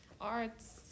arts